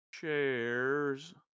chairs